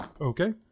Okay